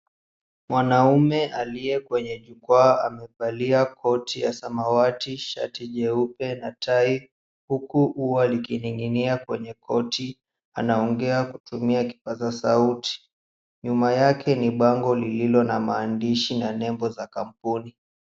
Mwanaume aliye kwenye jukwaa amevalia koti ya samawati, shati jeupe na tai huku ua likining'inia kwenye koti. Anaongea kutumia kipazasauti, nyuma yake ni bango lililo maandishi na nembo za kampuni.